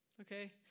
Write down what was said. Okay